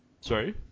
Sorry